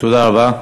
תודה רבה.